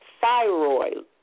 thyroid